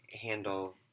handle